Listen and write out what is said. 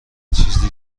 چیزی